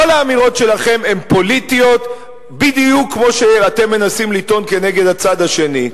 כל האמירות שלכם הן פוליטיות בדיוק כמו שאתם מנסים לטעון כנגד הצד השני.